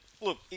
look